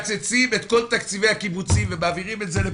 מקצצים את כל תקציבי הקיבוצים ומעבירים את זה לפה.